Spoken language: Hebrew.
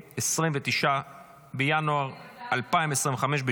29 בינואר 2025,